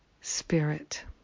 spirit